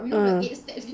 uh